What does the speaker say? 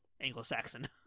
Anglo-Saxon